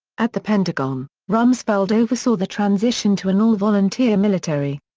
at the pentagon, rumsfeld oversaw the transition to an all-volunteer military.